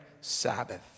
Sabbath